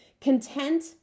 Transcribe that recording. Content